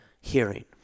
hearing